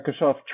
Microsoft